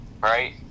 right